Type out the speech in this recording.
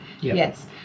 Yes